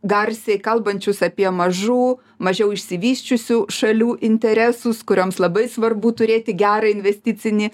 garsiai kalbančius apie mažų mažiau išsivysčiusių šalių interesus kurioms labai svarbu turėti gerą investicinį